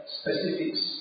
specifics